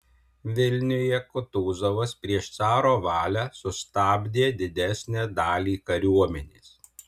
vilniuje kutuzovas prieš caro valią sustabdė didesnę dalį kariuomenės